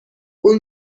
اون